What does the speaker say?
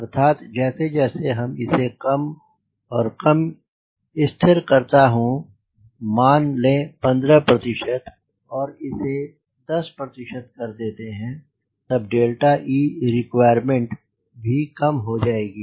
अर्थात जैसे जैसे मैं इसे कम और कम स्थिर करता हूँ मन लें 15 प्रतिशत और इसे 10 प्रतिशत कर देते हैं तबe रिक्वॉयरमेंट भी काम हो जाएगी